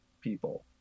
people